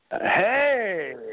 Hey